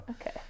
Okay